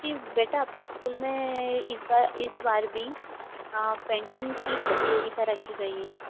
बेटा आपके इस्कूल में इस बार इस बार भी पेंटिंग की प्रतियोगिता रखी गई है